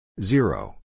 Zero